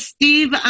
Steve